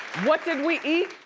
what did we eat?